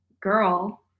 girl